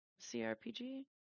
CRPG